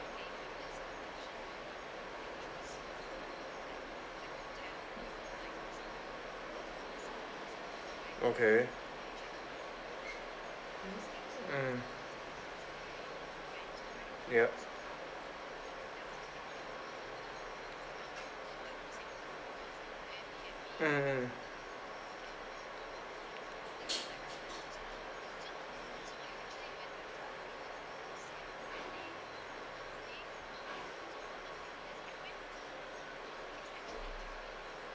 okay mm ya mm mm